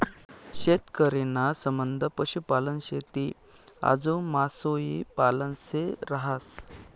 शेतकरी ना संबंध पशुपालन, शेती आजू मासोई पालन शे रहास